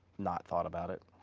not thought about it.